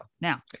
Now